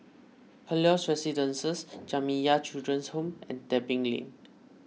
Helios Residences Jamiyah Children's Home and Tebing Lane